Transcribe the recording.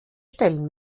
stellen